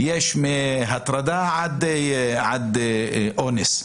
יש מהטרדה עד אונס.